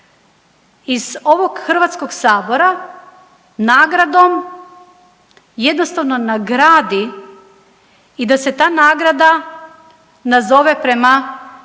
iz ovog HS-a nagradom jednostavno nagradi i da se ta nagrada nazove prema imenu